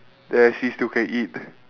then actually still can eat